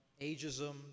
ageism